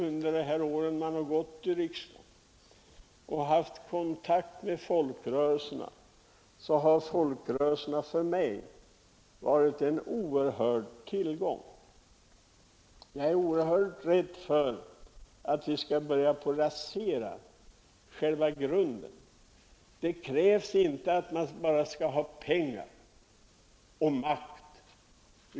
Under de år jag suttit i riksdagen och haft kontakt med folkrörelserna har de varit en oerhörd tillgång för mig. Jag är rädd för att man skall börja rasera själva grunden för dem. Det krävs inte bara pengar och makt.